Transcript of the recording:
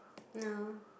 no